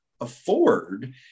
afford